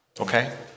Okay